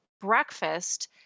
breakfast